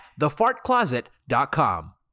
thefartcloset.com